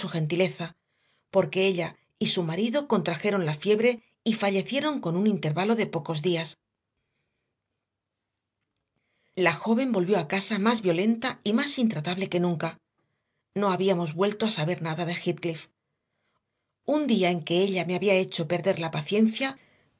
gentileza porque ella y su marido contrajeron la fiebre y fallecieron con un intervalo de pocos días la joven volvió a casa más violenta y más intratable que nunca no habíamos vuelto a saber nada de heathcliff un día en que ella me había hecho perder la paciencia